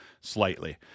slightly